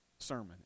sermon